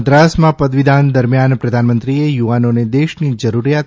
મદ્રાસમાં પદવીદાન દરમિયાન પ્રધાનમંત્રીએ યુવાનોને દેશની જરૂરિયાત